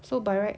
so by right